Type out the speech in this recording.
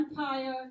Empire